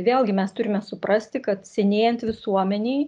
vėlgi mes turime suprasti kad senėjant visuomenei